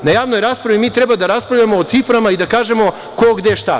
Na javnoj raspravi mi treba da raspravljamo o ciframa i da kažemo ko, gde, šta.